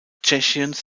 tschechiens